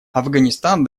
афганистан